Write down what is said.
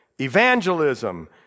evangelism